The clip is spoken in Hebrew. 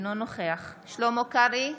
אינו נוכח שלמה קרעי,